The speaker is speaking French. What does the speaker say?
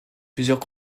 plusieurs